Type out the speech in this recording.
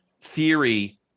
theory